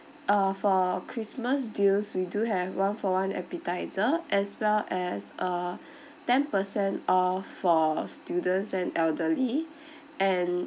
uh for christmas deals we do have one for one appetiser as well as a ten percent off for students and elderly and